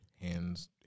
hands